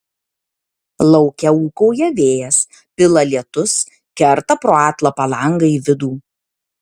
lauke ūkauja vėjas pila lietus kerta pro atlapą langą į vidų